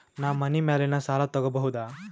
ನಾ ಮನಿ ಮ್ಯಾಲಿನ ಸಾಲ ತಗೋಬಹುದಾ?